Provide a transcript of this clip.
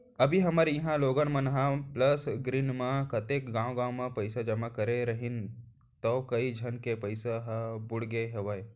अभी हमर इहॉं लोगन मन ह प्लस ग्रीन म कतेक गॉंव गॉंव म पइसा जमा करे रहिन तौ कइ झन के पइसा ह बुड़गे हवय